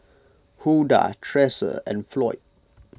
Huldah Tresa and Floyd